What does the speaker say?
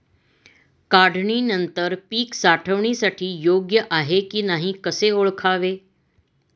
काढणी नंतर पीक साठवणीसाठी योग्य आहे की नाही कसे ओळखावे?